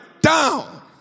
down